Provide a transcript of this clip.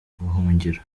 buhungiro